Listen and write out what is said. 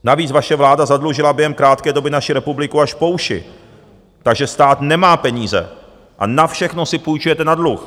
Navíc vaše vláda zadlužila během krátké doby naši republiku až po uši, takže stát nemá peníze a na všechno si půjčujete na dluh!